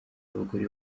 abagore